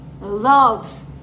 loves